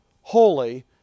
holy